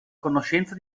conoscenza